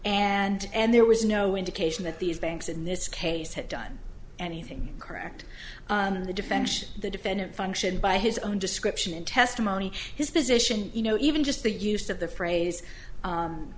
found and there was no indication that these banks in this case had done anything correct the defection the defendant function by his own description in testimony his position you know even just the use of the phrase